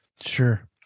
Sure